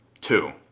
Two